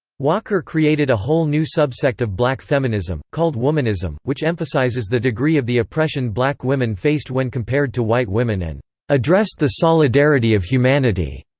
walker created a whole new subsect of black feminism, called womanism, which emphasizes the degree of the oppression black women faced when compared to white women and addressed the solidarity of humanity.